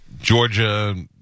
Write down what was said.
Georgia